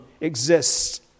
exists